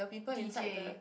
d_j